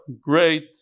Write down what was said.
great